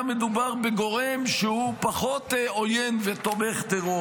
מדובר בגורם שהוא פחות עוין ותומך טרור.